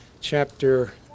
chapter